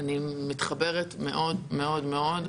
אני מתחברת מאוד מאוד מאוד,